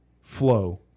flow